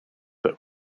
but